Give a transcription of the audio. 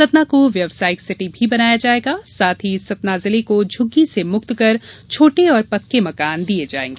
सतना को व्यासायिक सिटी भी बनाया जाएगा साथ ही सतना जिले को झुग्गी से मुक्त कर छोटे और पक्के मकान दिए जाएंगे